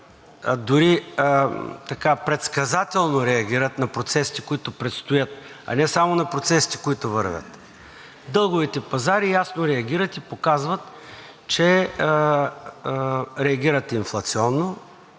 дори предсказателно реагират на процесите, които предстоят, а не само на процесите, които вървят. Дълговите пазари ясно реагират и показват, че реагират инфлационно,